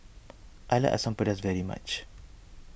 I like Asam Pedas very much